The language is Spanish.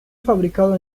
fabricado